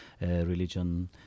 religion